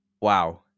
Wow